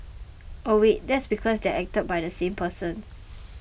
oh wait that's because they're acted by the same person